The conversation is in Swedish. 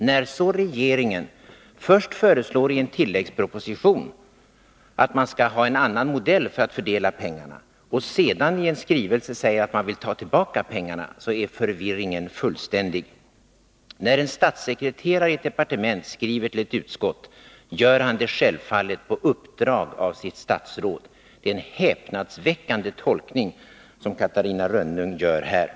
När så regeringen först föreslår i en tilläggsproposition att det skall vara en annan modell när det gäller att fördela pengarna och sedan i en skrivelse säger att man vill ta tillbaka pengarna, är förvirringen fullständig. När en statssekreterare i ett departement skriver till ett utskott, gör han det självfallet på uppdrag av sitt statsråd. Det är således en häpnadsväckande tolkning som Catarina Rönnung här gör.